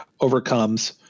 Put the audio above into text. overcomes